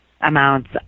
amounts